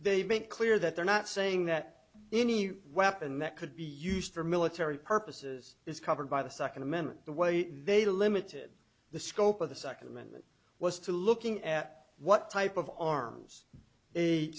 they make clear that they're not saying that any weapon that could be used for military purposes is covered by the second amendment the way they limited the scope of the second amendment was to looking at what type of arms a